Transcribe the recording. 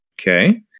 Okay